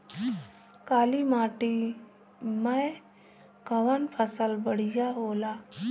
काली माटी मै कवन फसल बढ़िया होला?